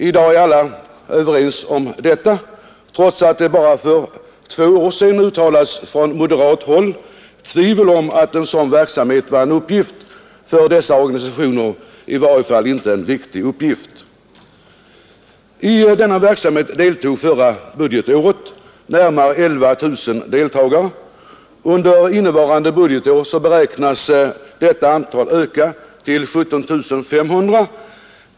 I dag är alla överens om detta, trots att det bara för två år sedan från moderat håll uttalades tvivel om att en sådan verksamhet var en uppgift för dessa organisationer, i varje fall en viktig uppgift. I denna verksamhet deltog förra budgetåret närmare 11 000 personer. Under innevarande budgetår beräknas antalet öka till 17 500.